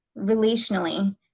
relationally